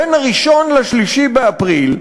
בין 1 ל-3 באפריל,